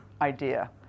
idea